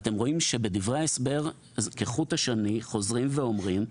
אתם רואים שחוזרים ואומרים בהם,